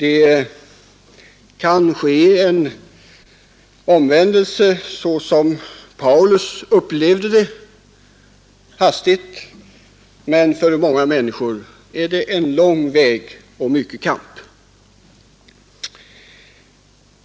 En sådan omvändelse kan ske hastigt — som för Paulus — men för många människor är det en lång väg, som innebär mycken kamp.